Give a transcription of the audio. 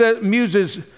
muses